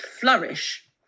flourish